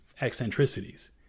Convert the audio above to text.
eccentricities